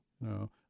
No